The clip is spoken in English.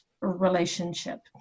relationship